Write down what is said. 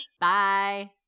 Bye